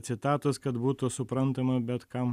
citatos kad būtų suprantama bet kam